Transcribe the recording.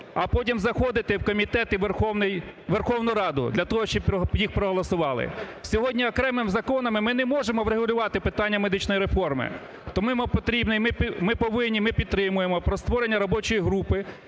а потім заходити в комітети... у Верховну Раду для того, щоб їх проголосували. Сьогодні окремими законами ми не можемо врегулювати питання медичної реформи, тому потрібно, ми повинні, ми підтримуємо про створення робочої групи